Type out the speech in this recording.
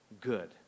good